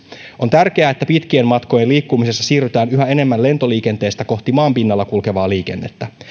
on tärkeää että pitkien matkojen liikkumisessa siirrytään yhä enemmän lentoliikenteestä kohti maan pinnalla kulkevaa liikennettä